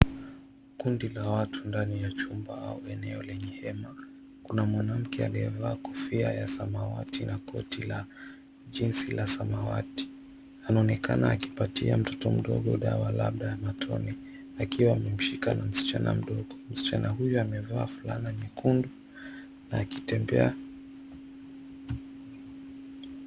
Kundi la watu ndani ya chumba au eneo lenye hema kuna mwanamke aliyevaa kofia ya samawati na koti la jinsi la samawati, anaonekana akipatia mtoto mdogo dawa labda matone akiwa amemushika na msichana mdogo, msichana huyu amevaa fulana nyekundu na akitembea.